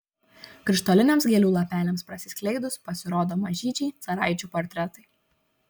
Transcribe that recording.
krištoliniams gėlių lapeliams prasiskleidus pasirodo mažyčiai caraičių portretai